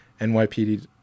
NYPD